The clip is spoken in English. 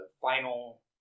final